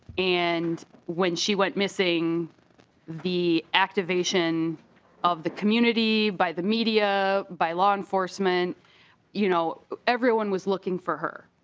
and when she went missing the activation of the community by the media by law enforcement you know everyone was looking for her.